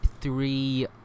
Three